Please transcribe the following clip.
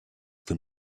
them